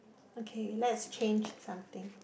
okay let's change something